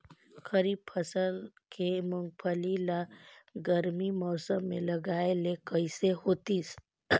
खरीफ फसल के मुंगफली ला गरमी मौसम मे लगाय ले कइसे होतिस?